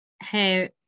Hey